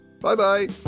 Bye-bye